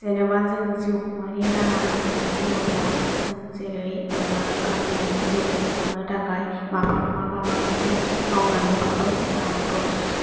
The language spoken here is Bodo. जेनोबा जों जिउ खुंनायनि राहा होनानै बुङोब्ला जों जेरै गावनि जिउखौ खुंनो थाखाय माबा नङा माबा मोनसे मावनानैब्लाबो जानांगौ